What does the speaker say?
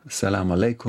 selem aleiku